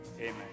Amen